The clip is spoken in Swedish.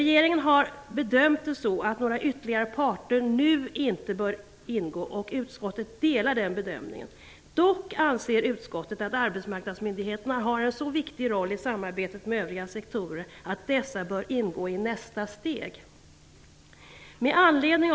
Regeringen har bedömt att några ytterligare parter nu inte bör ingå, och utskottet delar den bedömningen. Dock anser utskottet att arbetsmarknadsmyndigheterna har en sådan viktig roll i samarbetet med övriga sektorer att dessa bör ingå i nästa steg.